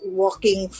walking